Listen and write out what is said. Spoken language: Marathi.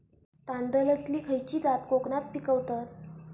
तांदलतली खयची जात कोकणात पिकवतत?